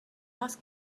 ask